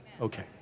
Okay